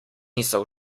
niso